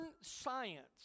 science